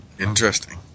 interesting